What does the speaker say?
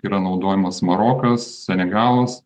yra naudojamas marokas senegalas